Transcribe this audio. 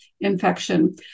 infection